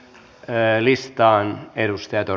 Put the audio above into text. ja nyt listaan